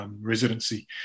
residency